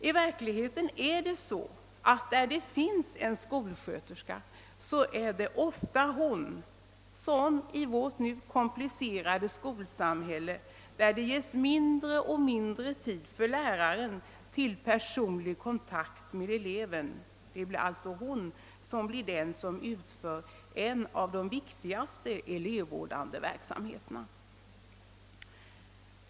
I verkligheten är det så, att där det finns en skolsköterska är det ofta hon som i vårt nu komplicerade skolsamhälle — med mindre och mindre tid för läraren till personlig kontakt med eleven — utför en av de viktigaste elevvårdande verksamheterna.